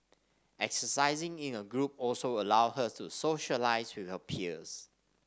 exercising in a group also allows her to socialise with her peers